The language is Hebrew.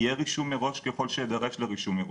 יהיה רישום מראש ככל שאדרש לרישום מראש,